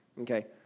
Okay